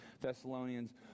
Thessalonians